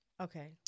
Okay